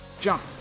Jump